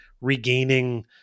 regaining